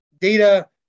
data